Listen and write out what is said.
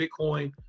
Bitcoin